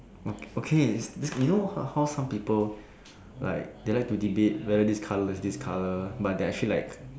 oh okay you know how how some people like they like to debate whether this colour is actually this colour but it's like